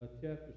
chapter